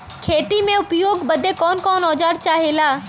खेती में उपयोग बदे कौन कौन औजार चाहेला?